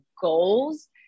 goals